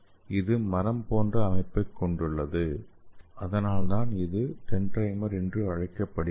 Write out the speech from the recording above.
இது மரம் போன்ற அமைப்பை கொண்டுள்ளது அதனால்தான் இது டென்ட்ரைமர் என்று அழைக்கப்படுகிறது